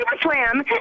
slam